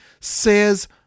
says